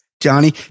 Johnny